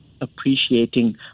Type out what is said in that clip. appreciating